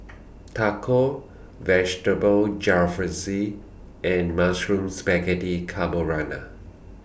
Tacos Vegetable Jalfrezi and Mushroom Spaghetti Carbonara